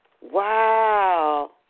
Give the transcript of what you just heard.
Wow